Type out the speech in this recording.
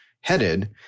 headed